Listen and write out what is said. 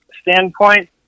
standpoint